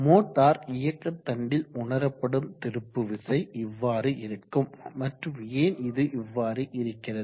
மோட்டாரர்இயக்க தண்டில் உணரப்படும் திருப்பு விசை இவ்வாறு இருக்கும் மற்றும் ஏன் இது இவ்வாறு இருக்கிறது